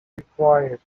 required